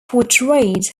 portrayed